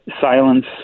silence